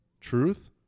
truth